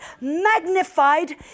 magnified